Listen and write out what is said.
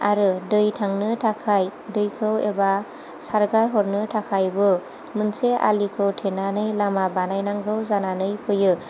आरो दै थांनो थाखाय दैखौ एबा सारगारहरनो थाखायबो मोनसे आलिखौ थेनानै लामा बानायनांगौ जानानै फैयो